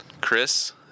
Chris